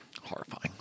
Horrifying